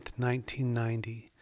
1990